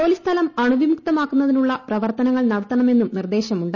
ജോലി സ്ഥലം അണുവിമുക്തമാക്കുന്നതിനുള്ള പ്രവർത്തനങ്ങൾ നടത്തണമെന്നും നിർദ്ദേശമുണ്ട്